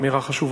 אמירה חשובה.